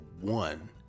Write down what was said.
one